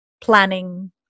planning